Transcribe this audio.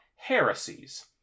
heresies